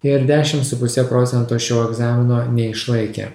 ir dešim su puse procento šio egzamino neišlaikė